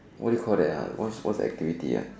what do you call that ah what's what's the activity ah